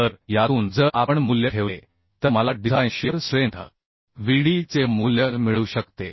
तर यातून जर आपण मूल्य ठेवले तर मला डिझाइन शिअर स्ट्रेंथ VD चे मूल्य मिळू शकते